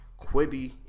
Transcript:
Quibi